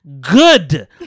good